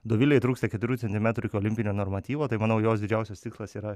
dovilei trūksta keturių centimetrų iki olimpinio normatyvo tai manau jos didžiausias tikslas yra